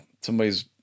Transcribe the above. somebody's